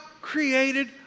created